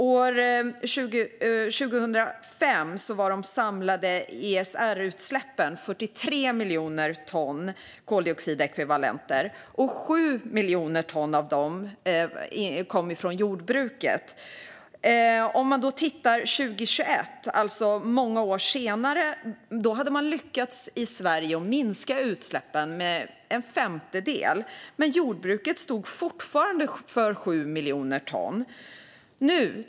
År 2005 var de samlade ESR-utsläppen 43 miljoner ton koldioxidekvivalenter, och 7 miljoner ton av dem kom från jordbruket. År 2021, alltså många år senare, hade man i Sverige lyckats minska utsläppen med en femtedel, men jordbruket stod fortfarande för 7 miljoner ton.